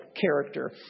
character